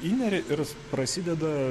įneri ir prasideda